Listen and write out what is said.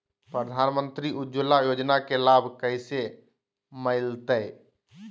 प्रधानमंत्री उज्वला योजना के लाभ कैसे मैलतैय?